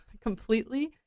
completely